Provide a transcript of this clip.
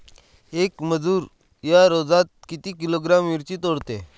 येक मजूर या रोजात किती किलोग्रॅम मिरची तोडते?